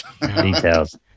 Details